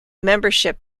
membership